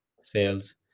sales